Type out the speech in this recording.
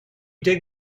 dig